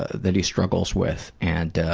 that he struggles with. and, ah,